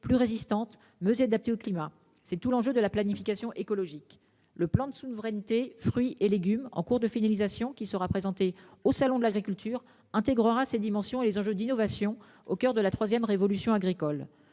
plus résistantes monsieur adaptée au climat. C'est tout l'enjeu de la planification écologique. Le plan de souveraineté, fruits et légumes en cours de finalisation, qui sera présenté au salon de l'agriculture intégrera ses dimensions et les enjeux d'innovation au coeur de la 3e révolution agricole